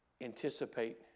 anticipate